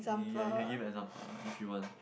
yeah you can give example if you want